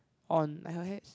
on her head